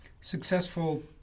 successful